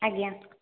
ଆଜ୍ଞା